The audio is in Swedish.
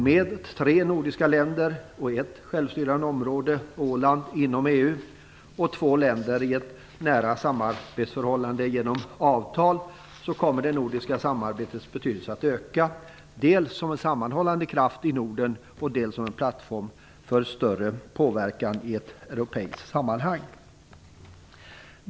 Med tre nordiska länder och ett självstyrande område, Åland, inom EU och två länder i ett nära samarbetsförhållande genom avtal kommer det nordiska samarbetets betydelse att öka dels som en sammanhållande kraft i Norden, dels som en plattform för större påverkan i ett europeiskt sammanhang.